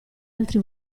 altri